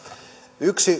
yksi